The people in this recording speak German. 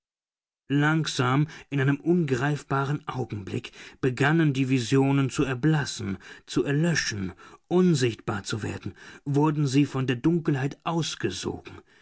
langsam in einem ungreifbaren augenblick begannen die visionen zu erblassen zu erlöschen unsichtbar zu werden wurden sie von der dunkelheit aufgesogen